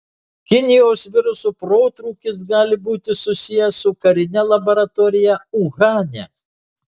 kinijos viruso protrūkis gali būti susijęs su karine laboratorija uhane